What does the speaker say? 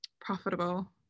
profitable